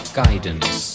guidance